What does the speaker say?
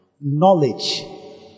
knowledge